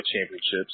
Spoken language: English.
championships